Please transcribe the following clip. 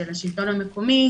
של השלטון המקומי,